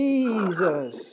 Jesus